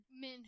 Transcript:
Men